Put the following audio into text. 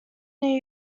new